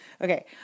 Okay